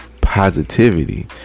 positivity